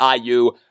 IU